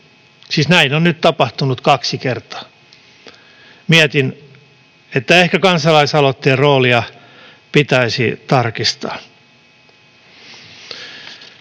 Siis näin on nyt tapahtunut kaksi kertaa. Mietin, että ehkä kansalaisaloitteen roolia pitäisi tarkistaa.